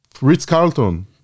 Ritz-Carlton